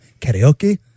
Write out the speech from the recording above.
karaoke